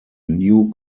new